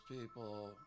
people